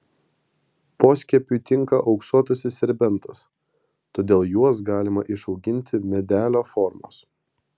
poskiepiui tinka auksuotasis serbentas todėl juos galima išauginti medelio formos